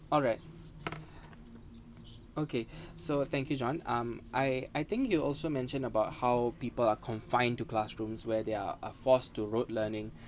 alright okay so thank you john um I I think you also mentioned about how people are confined to classrooms where there are forced to rote learning